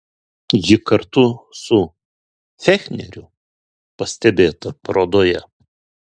ji kartu su fechneriu pastebėta parodoje